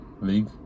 League